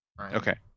Okay